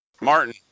Martin